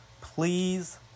Please